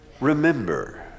remember